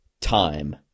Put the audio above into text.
time